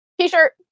T-shirt